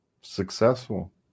successful